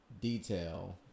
detail